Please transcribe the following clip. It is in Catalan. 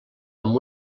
amb